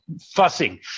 fussing